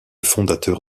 fondateur